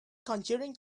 conjuring